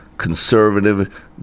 conservative